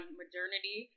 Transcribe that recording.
modernity